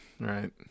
right